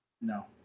No